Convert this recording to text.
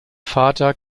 vater